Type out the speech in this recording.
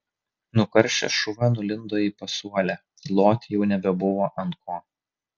nukaršęs šuva nulindo į pasuolę loti jau nebebuvo ant ko